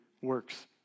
works